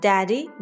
Daddy